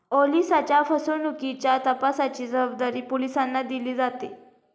ओलिसांच्या फसवणुकीच्या तपासाची जबाबदारी पोलिसांना दिली जाते